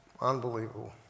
Unbelievable